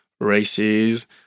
races